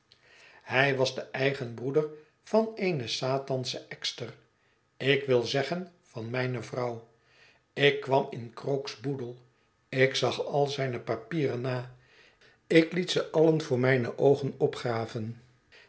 hij was de eigen broeder van eene satansche ekster ik wil zeggen van mijne vrouw ik kwam in krook's boedel ik zag al zijne papieren na ik liet ze allen voor mijne oogen opgraven